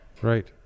Right